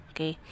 Okay